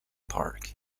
park